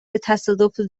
تصادف